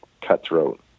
cutthroat